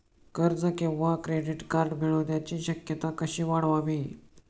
कर्ज किंवा credit card मिळण्याची शक्यता कशी वाढवावी?